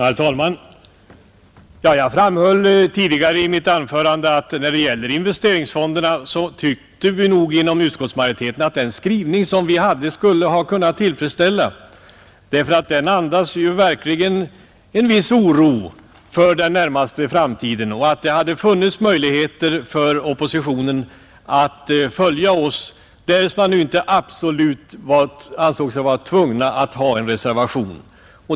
Herr talman! Jag framhöll tidigare att när det gäller investeringsfonderna så tyckte vi nog inom utskottsmajoriteten att den skrivning som vi hade skulle ha kunnat tillfredsställa oppositionen, för den andas verkligen en viss oro för den närmaste framtiden. Det borde ha funnits möjligheter för oppositionen att följa oss, därest man nu inte ansåg sig vara absolut tvungen att ha en reservation.